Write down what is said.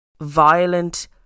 violent